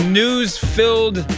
news-filled